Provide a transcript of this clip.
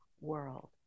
world